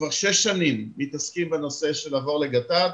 כבר שש שנים מתעסקים בנושא של לעבור לגט"ד.